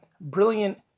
brilliant